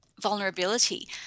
vulnerability